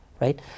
right